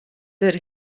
der